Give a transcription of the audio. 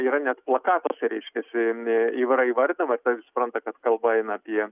yra net plakatuose reiškiasi a yra įvardinama tai visi supranta kad kalba eina apie